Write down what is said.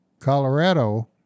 Colorado